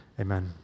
Amen